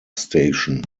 station